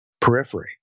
periphery